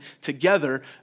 together